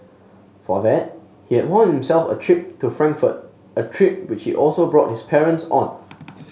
for that he had won himself a trip to Frankfurt a trip which he also brought his parents on